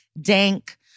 dank